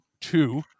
Two